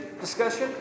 discussion